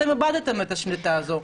אתם איבדתם את השליטה הזו.